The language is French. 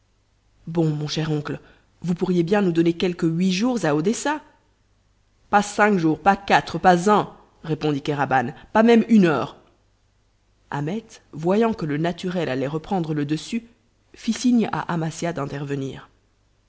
bon mon cher oncle vous pourriez bien nous donner quelque huit jours à odessa pas cinq jours pas quatre pas un répondit kéraban pas même une heure ahmet voyant que le naturel allait reprendre le dessus fit signe à amasia d'intervenir